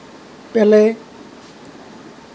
পেলে